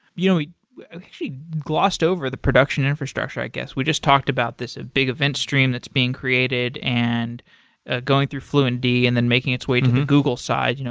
you know we just glossed over the production infrastructure, i guess. we just talked about this ah big event stream that's being created and ah going through fluentd and then making its way to the google side, you know